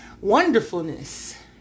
wonderfulness